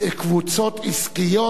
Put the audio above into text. קבוצות עסקיות.